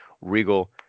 regal